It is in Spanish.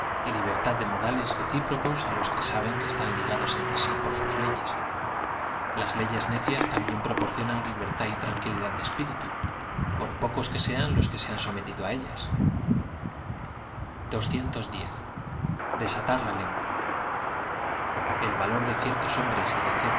y libertad d e modales recíproca á los que saben que están ligados entre sí por sus leyes las leyes necias también pro porclonan libertad y tranquilidad de espiritu por po cos que seaq los que se han sometido á ellas esatar la lengua e l valo r de ciertos hombres y de